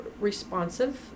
responsive